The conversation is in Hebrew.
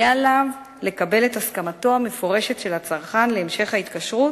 יהיה עליו לקבל את הסכמתו המפורשת של הצרכן להמשך ההתקשרות,